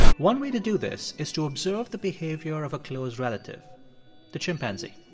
one way to do this is to observe the behavior of a close relative the chimpanzee.